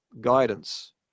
guidance